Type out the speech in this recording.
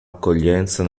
accoglienza